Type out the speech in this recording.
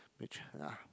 which ya